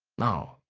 no,